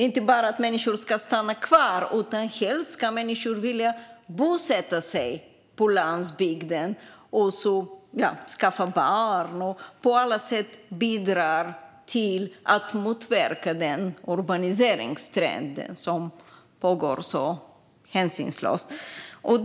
Människor ska inte bara stanna kvar, utan de ska helst vilja bosätta sig på landsbygden, skaffa barn och på alla sätt bidra till att motverka den urbaniseringstrend som pågår så hänsynslöst.